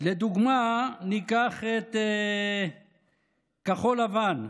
לדוגמה, ניקח את כחול לבן.